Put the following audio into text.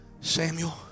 Samuel